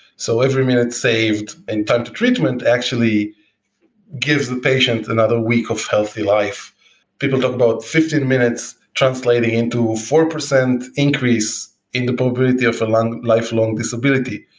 so every minute saved in time to treatment actually gives the patient another week of healthy life people talk about fifteen minutes translating into four percent increase in the probability of a lifelong disability.